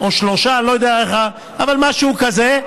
משהו כזה,